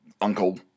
uncle